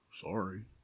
Sorry